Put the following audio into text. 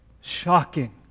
shocking